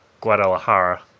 Guadalajara